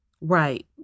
Right